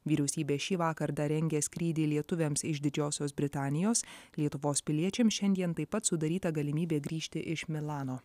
vyriausybė šįvakar dar rengia skrydį lietuviams iš didžiosios britanijos lietuvos piliečiams šiandien taip pat sudaryta galimybė grįžti iš milano